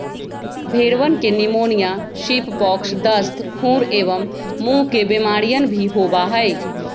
भेंड़वन के pneumonia, sheep pox, दस्त, खुर एवं मुँह के बेमारियन भी होबा हई